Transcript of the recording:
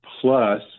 plus